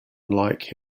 unlike